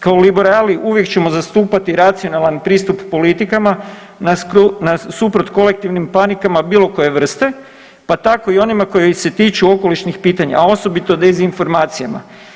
Kao Liberali uvijek ćemo zastupati racionalan pristup politikama nasuprot kolektivnim panikama bilo koje vrste, pa tako i onima koji se tiču okolišnih pitanja a osobito dezinformacijama.